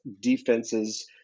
defenses